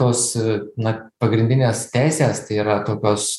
tos na pagrindinės teisės tai yra tokios